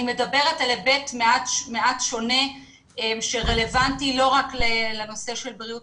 אני מדברת על היבט מעט שונה שרלוונטי לא רק לנושא בריאות